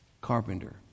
Carpenter